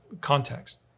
context